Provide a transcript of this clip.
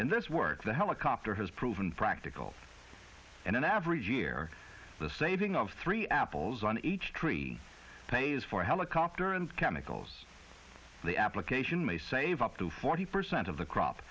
in this work the helicopter has proven practical in an average year the saving of three apples on each tree pays for helicopter and chemicals the application may save up to forty percent of the crop